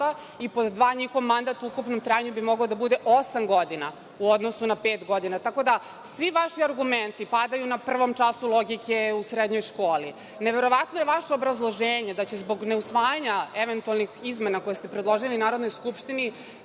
i pod dva, njihov mandat u ukupnom trajanju bi mogao da bude osam godina, u odnosu na pet godina. Svi vaši argumenti padaju na prvom času logike u srednjoj školi. Neverovatno je vaše obrazloženje da će, zbog neusvajanja eventualnih izmena koje ste predložili Narodnoj skupštini,